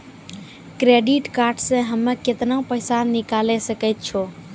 Credit card से हम्मे केतना पैसा निकाले सकै छौ?